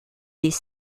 des